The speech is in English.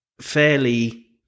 fairly